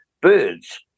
birds